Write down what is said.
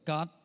God